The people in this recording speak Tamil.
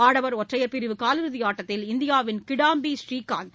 ஆடவர் ஒற்றையர் பிரிவு காலிறுதி ஆட்டத்தில் இந்தியாவின் கிடாம்பி புரீகாந்த்